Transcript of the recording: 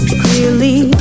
clearly